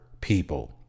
people